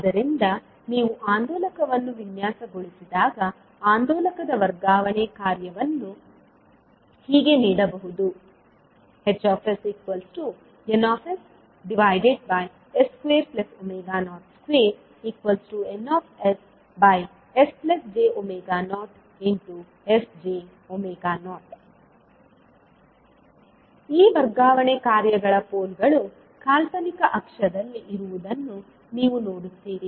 ಆದ್ದರಿಂದ ನೀವು ಆಂದೋಲಕವನ್ನು ವಿನ್ಯಾಸಗೊಳಿಸಿದಾಗ ಆಂದೋಲಕದ ವರ್ಗಾವಣೆ ಕಾರ್ಯವನ್ನು ಹೀಗೆ ನೀಡಬಹುದು HsN s202N s j0 ಈ ವರ್ಗಾವಣೆ ಕಾರ್ಯಗಳ ಪೋಲ್ಗಳು ಕಾಲ್ಪನಿಕ ಅಕ್ಷದಲ್ಲಿ ಇರುವುದನ್ನು ನೀವು ನೋಡುತ್ತೀರಿ